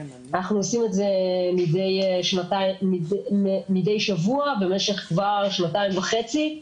אנחנו עושים את זה מדי שבוע במשך שנתיים וחצי,